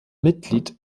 mitglied